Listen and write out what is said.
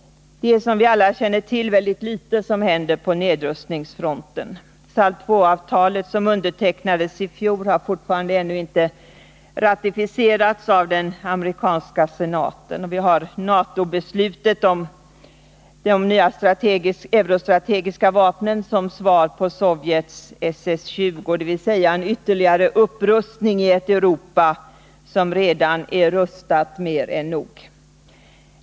Som vi alla känner till händer det väldigt litet på nedrustningsfronten. SALT IlI-avtalet, som undertecknades i fjol, har fortfarande inte ratificerats av den amerikanska senaten. Vi har NATO-beslutet om de nya eurostrategiska vapnen som svar på Sovjets SS 20, dvs. en ytterligare upprustning i ett Europa som redan är rustat mer än nog.